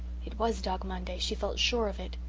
it was dog monday she felt sure of it.